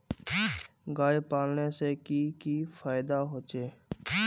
गाय पालने से की की फायदा होचे?